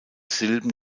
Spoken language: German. silben